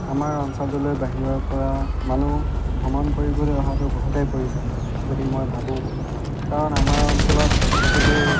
আমাৰ অঞ্চলটোলৈ বাহিৰৰপৰা মানুহ ভ্ৰমণ কৰিবলৈ অহাটো বহুতেই প্ৰয়োজনীয় বুলি মই ভাবোঁ কাৰণ আমাৰ অঞ্চলত বহুতো